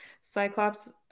cyclops